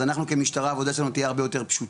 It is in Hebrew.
אז אנחנו כמשטרה העבודה שלנו תהיה הרבה יותר פשוטה.